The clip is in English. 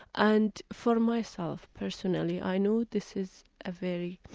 and for myself personally, i know this is a very